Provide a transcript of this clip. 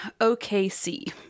OKC